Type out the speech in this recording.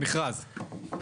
במכרז.